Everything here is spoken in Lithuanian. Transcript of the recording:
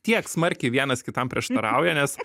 tiek smarkiai vienas kitam prieštarauja nes